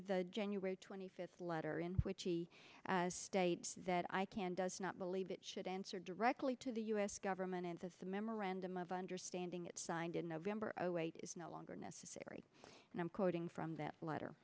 the january twenty fifth letter in which he states that i can does not believe it should answer directly to the u s government and says the memorandum of understanding it signed in november of zero eight is no longer necessary and i'm quoting from that letter